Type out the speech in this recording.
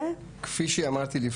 כמובן כל מקרה לגופו,